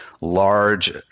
large